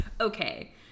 Okay